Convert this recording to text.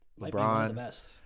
LeBron